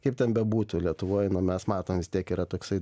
kaip ten bebūtų lietuvoj na mes matom vis tiek yra toksai